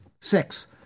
Six